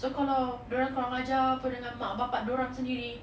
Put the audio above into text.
so kalau dorang kurang ajar dengan mak bapa dorang sendiri